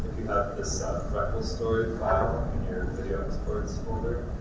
this ah freckle story file in your video exports folder,